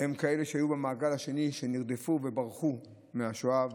הם כאלה שהיו במעגל השני, שנרדפו וברחו מהשואה.